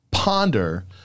ponder